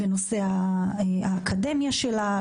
בנושא האקדמיה שלה,